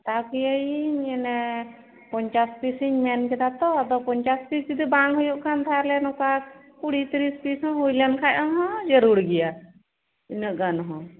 ᱦᱟᱛᱟᱣ ᱠᱤᱭᱟᱹᱧ ᱚᱱᱮ ᱯᱚᱸᱧᱪᱟᱥ ᱯᱤᱥ ᱤᱧ ᱢᱮᱱ ᱠᱮᱫᱟ ᱛᱚ ᱟᱫᱚ ᱯᱚᱸᱧᱪᱟᱥ ᱯᱤᱥ ᱡᱩᱫᱤ ᱵᱟᱝ ᱦᱩᱭᱩᱜ ᱠᱷᱟᱱ ᱛᱟᱦᱚᱞᱮ ᱱᱚᱝᱠᱟ ᱠᱩᱲᱤ ᱛᱤᱨᱤᱥ ᱯᱤᱥ ᱦᱚᱸ ᱦᱩᱭᱞᱮᱱ ᱠᱷᱟᱱ ᱦᱚᱸ ᱡᱟᱹᱨᱩᱲ ᱜᱮᱭᱟ ᱤᱱᱟᱹᱜ ᱜᱟᱱ ᱦᱚᱸ